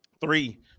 three